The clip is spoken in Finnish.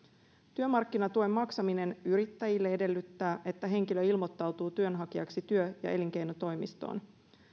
työmarkkinatuen maksaminen yrittäjille edellyttää että henkilö ilmoittautuu työnhakijaksi työ ja elinkeinotoimistoon